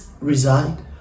reside